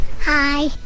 Hi